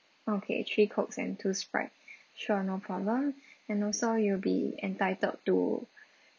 okay three cokes and two Sprite sure no problem and also you'll be entitled to